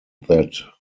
that